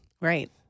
right